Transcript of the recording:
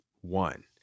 one